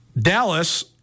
Dallas